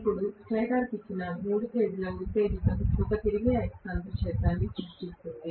ఇప్పుడు స్టేటర్కు ఇచ్చిన మూడు ఫేజ్ ల ఉత్తేజితం ఒక తిరిగే అయస్కాంత క్షేత్రాన్ని సృష్టిస్తుంది